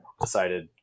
decided